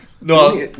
no